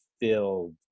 filled